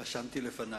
רשמתי לפני.